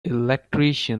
electrician